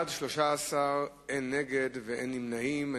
בעד, 13, אין מתנגדים ואין נמנעים.